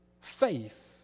faith